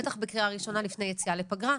בטח בקריאה ראשונה לפני יציאה לפגרה.